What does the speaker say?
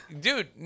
Dude